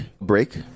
break